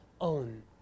own